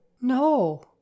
No